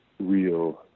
real